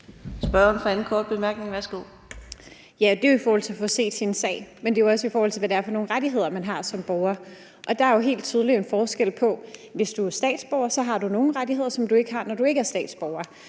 Værsgo. Kl. 14:45 Victoria Velasquez (EL): Det er jo i forhold til at få set sin sag, men det er jo også, i forhold til hvad det er for nogle rettigheder, man har som borger. Og der er jo helt tydelig en forskel på det, sådan at hvis du er statsborger, har du nogle rettigheder, som du ikke har, når du ikke er statsborger.